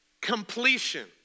Completion